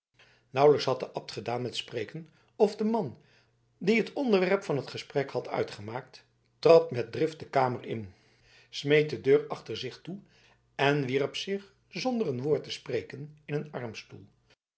nauwelijks had de abt gedaan met spreken of de man die het onderwerp van het gesprek had uitgemaakt trad met drift de kamer in smeet de deur achter zich toe en wierp zich zonder een woord te spreken in een armstoel